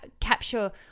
capture